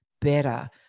better